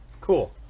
Cool